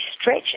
stretch